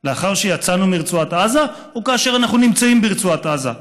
לאחר שצאנו מרצועת עזה או כאשר אנחנו נמצאים ברצועת עזה?